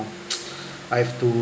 I've to